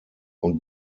und